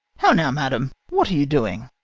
how now, madam! what are you doing?